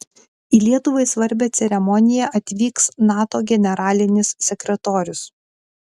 į lietuvai svarbią ceremoniją atvyks nato generalinis sekretorius